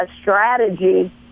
strategy